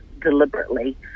deliberately